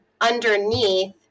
underneath